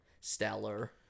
stellar